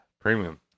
Premium